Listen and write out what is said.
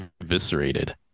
eviscerated